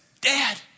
Dad